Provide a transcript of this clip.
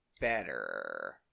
better